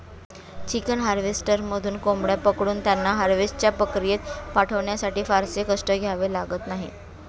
chicken हार्वेस्टरमधून कोंबड्या पकडून त्यांना हार्वेस्टच्या प्रक्रियेत पाठवण्यासाठी फारसे कष्ट घ्यावे लागत नाहीत